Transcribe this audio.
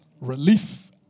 relief